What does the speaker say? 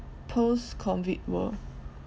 post COVID world